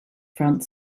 front